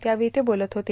त्यावेळी ते बोलत होते